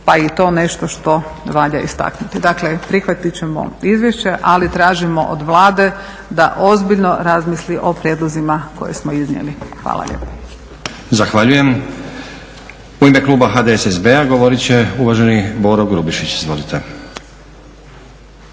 je i to nešto što valja istaknuti. Dakle prihvatiti ćemo izvješće ali tražimo od Vlade da ozbiljno razmisli o prijedlozima koje smo iznijeli. Hvala lijepa. **Stazić, Nenad (SDP)** Zahvaljujem. U ime kluba HDSSB-a govoriti će uvaženi Boro Grubišić. Izvolite.